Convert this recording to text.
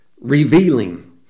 revealing